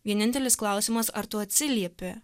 vienintelis klausimas ar tu atsiliepi